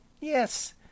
Yes